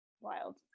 wild